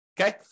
Okay